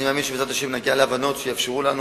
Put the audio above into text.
אני מאמין שבעזרת השם נגיע להבנות שיאפשרו לנו